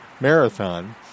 Marathon